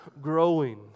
growing